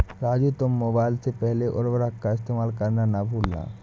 राजू तुम मोबाइल से पहले उर्वरक का इस्तेमाल करना ना भूलना